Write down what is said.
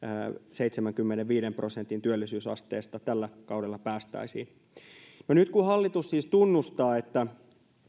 seitsemänkymmenenviiden prosentin työllisyysasteesta tällä kaudella päästäisiin no nyt kun hallitus siis tunnustaa että